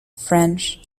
french